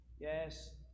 Yes